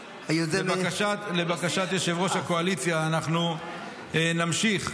לבקשת יושב-ראש הקואליציה, אנחנו נמשיך